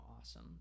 awesome